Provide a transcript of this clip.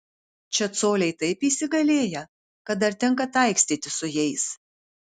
čia coliai taip įsigalėję kad dar tenka taikstytis su jais